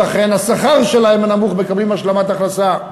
לכן השכר שלהם נמוך והם מקבלים השלמת הכנסה.